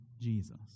Jesus